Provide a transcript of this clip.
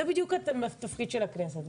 זה בדיוק התפקיד של הכנסת,